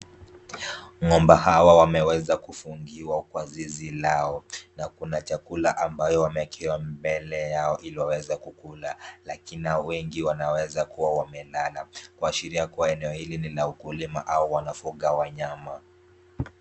Ng'ombe hawa wameweza kufungiwa kwa zizi lao na kuna chakula ambayo wamewekewa mbele yao ili waweze kukula na wengi wanaweza kuwa wamelala kuashiria eneo hili ni la ukulima au wanafuga wanyama.